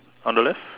on the left